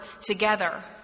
together